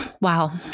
Wow